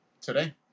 today